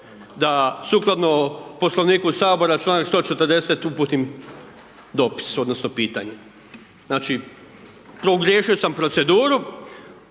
da sukladno Poslovniku Sabora, članak 140., uputim dopis odnosno pitanje. Znači pogriješio sam proceduru